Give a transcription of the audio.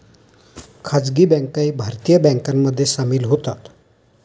खासगी बँकाही भारतीय बँकांमध्ये सामील होतात